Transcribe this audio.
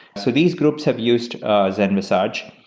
so these groups have used zenvisage.